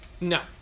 No